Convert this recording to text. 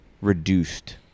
reduced